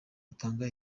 rutanga